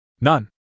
None